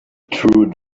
through